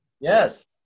yes